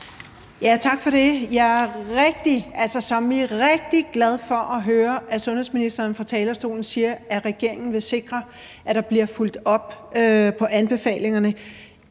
rigtig, altså som i rigtig glad for at høre, at sundhedsministeren fra talerstolen siger, at regeringen vil sikre, at der bliver fulgt op på anbefalingerne,